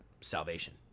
salvation